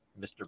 Mr